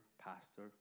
pastor